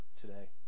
today